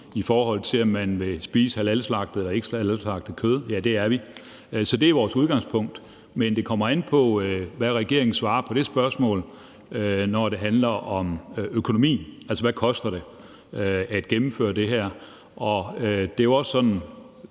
i forhold til om man vil spise halalslagtet eller ikkehalalslagtet kød? Ja, det er vi. Så det er vores udgangspunkt, men det kommer an på, hvad regeringen svarer på spørgsmålet, når det handler om økonomien, altså hvad det koster at gennemføre det her. Det er jo også sådan,